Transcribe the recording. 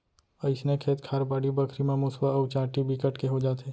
अइसने खेत खार, बाड़ी बखरी म मुसवा अउ चाटी बिकट के हो जाथे